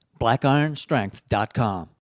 blackironstrength.com